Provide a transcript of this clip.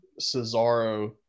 Cesaro